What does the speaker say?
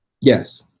Yes